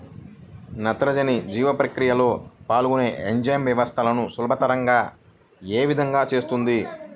నత్రజని జీవక్రియలో పాల్గొనే ఎంజైమ్ వ్యవస్థలను సులభతరం ఏ విధముగా చేస్తుంది?